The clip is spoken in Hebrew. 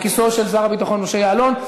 בכיסאו של שר הביטחון משה יעלון.